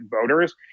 voters